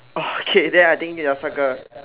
orh okay then I think ya circle